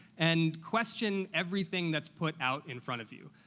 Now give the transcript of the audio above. and question everything that's put out in front of you.